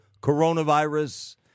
coronavirus